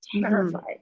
terrified